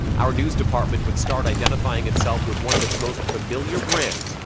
our news department would start identifying itself with one of its most familiar brands,